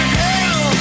hell